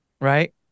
Right